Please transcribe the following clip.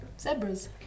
Zebras